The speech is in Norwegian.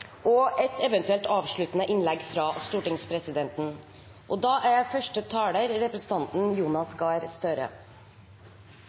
og et eventuelt avsluttende innlegg fra stortingspresidenten. Jeg vil takke presidenten for redegjørelsen. Det er